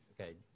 Okay